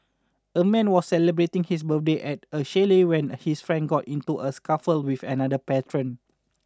a man was celebrating his birthday at a chalet when his friends got into a scuffle with another patron